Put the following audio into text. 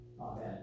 Amen